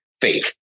faith